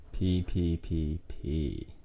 PPPP